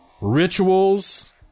rituals